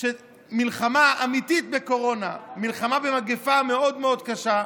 מלחמה אמיתית בקורונה, מלחמה במגפה מאוד מאוד קשה,